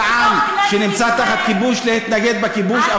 אמרתי שזכותו של עם שנמצא תחת כיבוש להתנגד לכיבוש,